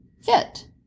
fit